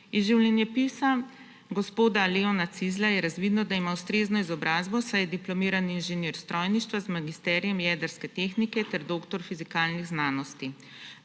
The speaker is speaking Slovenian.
Iz življenjepisa gospoda Leona Cizlja je razvidno, da ima ustrezno izobrazbo, saj je diplomirani inženir strojništva z magisterijem jedrske tehnike ter doktor fizikalnih znanosti.